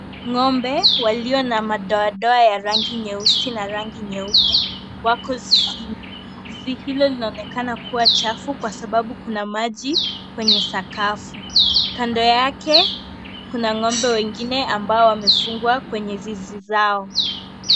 Ngombe walio na madoa doa ya rangi nyeusi na rangi nyeupe wako zizini. Zizi hilo linaonekana kuwa chafu kwa sababu kuna maji kwenye sakafu. Kando yake kuna ngombe wengine ambao wanefungwa kwenye zizi zao.